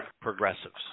progressives